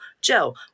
joe